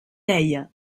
deia